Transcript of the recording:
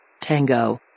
Tango